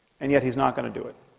and yet he's not going to do it